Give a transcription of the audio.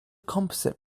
composite